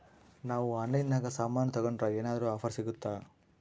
ನಾವು ಆನ್ಲೈನಿನಾಗ ಸಾಮಾನು ತಗಂಡ್ರ ಏನಾದ್ರೂ ಆಫರ್ ಸಿಗುತ್ತಾ?